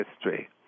history